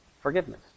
forgiveness